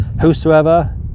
whosoever